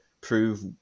prove